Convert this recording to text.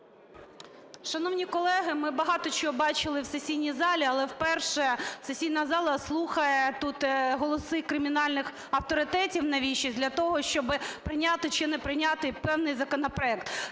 Шановні колеги, ми багато чого бачили в сесійній залі, але вперше сесійна залі слухає тут голоси кримінальних авторитетів. Навіщо? Для того, щоб прийняти чи не прийняти певний законопроект.